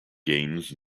gains